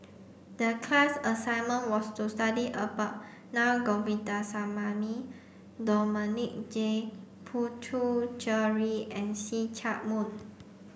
the class assignment was to study about Na Govindasamy Dominic J Puthucheary and See Chak Mun